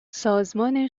سازمان